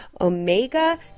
omega